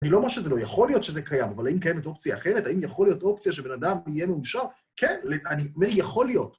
אני לא אומר שזה לא יכול להיות שזה קיים, אבל האם קיימת אופציה אחרת? האם יכול להיות אופציה שבן אדם יהיה מאושר? כן, אני אומר, יכול להיות.